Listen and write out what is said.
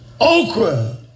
okra